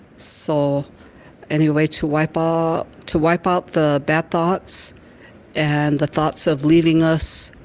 so any way to wipe ah to wipe out the bad thoughts and the thoughts of leaving us